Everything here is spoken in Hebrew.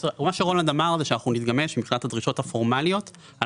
רולנד אמר שאנחנו נתגמש מבחינת הדרישות הפורמליות על